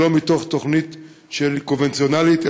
ולא בתוכנית קונבנציונלית,